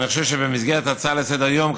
אני חושב שבמסגרת הצעה לסדר-היום,